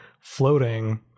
floating